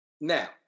Now